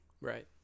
Right